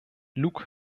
luc